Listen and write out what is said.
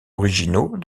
originaux